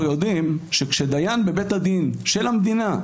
יודעים שכאשר דיין בבית הדין של המדינה,